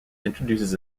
introduces